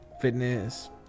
fitness